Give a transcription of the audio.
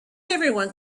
everyone